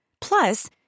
Plus